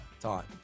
time